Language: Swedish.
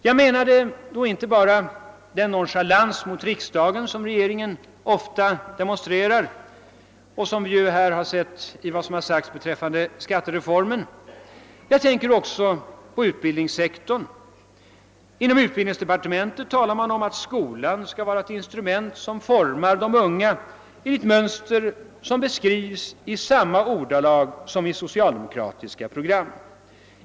Jag menade då inte bara den nonchalans mot riksdagen, som regeringen ofta demonstrerar — ett exempel härpå har vi fått genom det som sagts om skattereformen. Jag tänker också på utbildningssektorn. Inom utbildningsdepartementet talar man om att skolan skall vara ett instrument att forma de unga enligt mönster, som beskrivs i samma ordalag som i socialdemokratiska program.